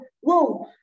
whoa